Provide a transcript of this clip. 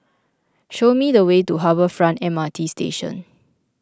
show me the way to Harbour Front M R T Station